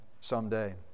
someday